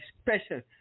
special